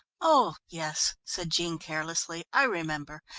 oh yes, said jean carelessly, i remember.